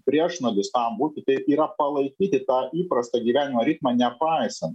priešnuodis tam būtų tai yra palaikyti tą įprastą gyvenimo ritmą nepaisant